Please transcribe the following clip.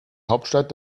hauptstadt